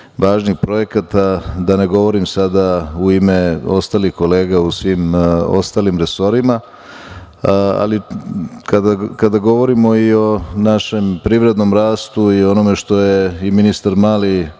važnih projekata, da ne govorim sada u ime ostalih kolega u svim ostalim resorima. Kada govorimo i o našem privrednom rastu i onome što je i ministar Mali